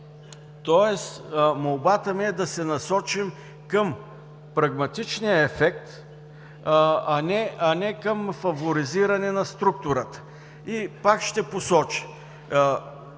ДКЕВР. Молбата ми е да се насочим към прагматичния ефект, а не към фаворизиране на структурата. Пак ще посоча